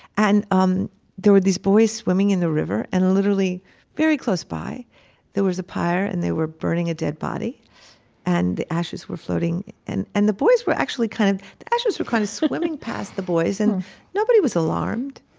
and um there were these boys swimming in the river and literally very close by there was a pyre and they were burning a dead body and the ashes were floating and and the boys were actually kind of they actually were kind of swimming past the boys and nobody was alarmed.